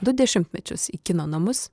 du dešimtmečius į kino namus